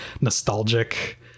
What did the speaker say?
nostalgic